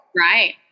Right